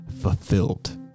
fulfilled